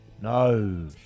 no